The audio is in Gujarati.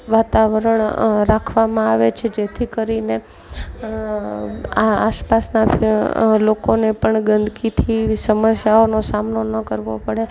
વાતાવરણ રાખવામાં આવે છે જેથી કરીને આ આસપાસના લોકોને પણ ગંદકીથી સમસ્યાઓનો સામનો ન કરવો પડે